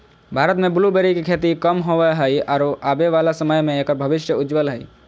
भारत में ब्लूबेरी के खेती कम होवअ हई आरो आबे वाला समय में एकर भविष्य उज्ज्वल हई